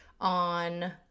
on